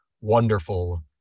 wonderful